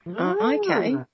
Okay